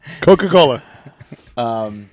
Coca-Cola